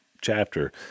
chapter